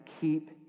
keep